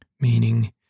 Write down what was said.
Meaning